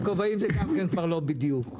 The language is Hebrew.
הכובעים זה כבר מדויק היום.